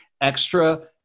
extra